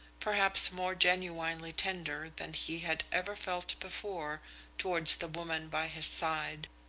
perhaps more genuinely tender than he had ever felt before towards the woman by his side,